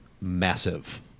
massive